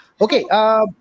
Okay